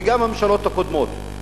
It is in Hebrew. וגם ממשלות קודמות.